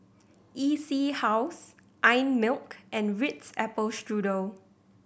E C House Einmilk and Ritz Apple Strudel